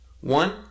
One